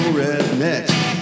redneck